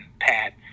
pat